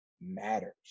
matters